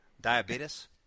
Diabetes